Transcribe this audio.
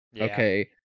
Okay